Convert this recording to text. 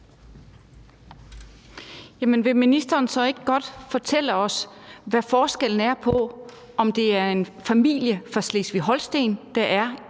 vil ministeren så ikke godt fortælle os, hvad forskellen er på, om det er en familie fra Slesvig-Holsten, der er